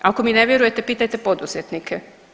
Ako mi ne vjerujete pitajte poduzetnike.